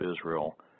Israel